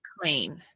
clean